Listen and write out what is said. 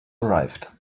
arrived